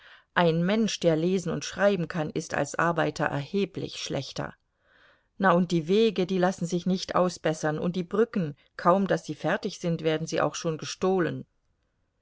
ein mensch der lesen und schreiben kann ist als arbeiter erheblich schlechter na und die wege die lassen sich nicht ausbessern und die brücken kaum daß sie fertig sind werden sie auch schon gestohlen